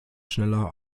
schneller